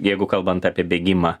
jeigu kalbant apie bėgimą